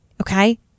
okay